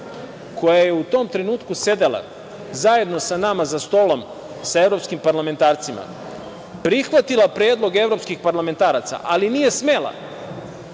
koja je u tom trenutku sedela zajedno sa nama za stolom sa evropskim parlamentarcima prihvatila predlog evropskih parlamentaraca, ali nije smela,